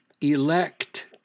elect